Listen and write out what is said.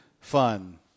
fun